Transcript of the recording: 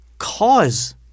cause